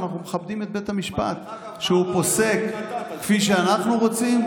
ואנחנו מכבדים את בית המשפט כשהוא פוסק כפי שאנחנו רוצים,